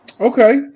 Okay